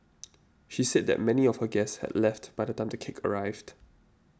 she said that many of her guests had left by the time the cake arrived